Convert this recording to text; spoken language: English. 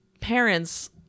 parents